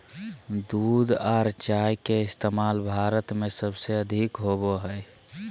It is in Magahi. दूध आर चाय के इस्तमाल भारत में सबसे अधिक होवो हय